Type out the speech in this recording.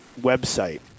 website